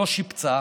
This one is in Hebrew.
לא שיפצה.